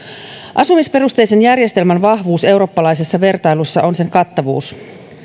asumisperusteisen järjestelmän vahvuus eurooppalaisessa vertailussa on sen kattavuus